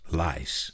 lies